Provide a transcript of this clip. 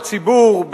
הציבור,